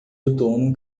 outono